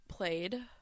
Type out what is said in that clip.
played